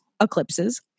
eclipses